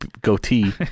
goatee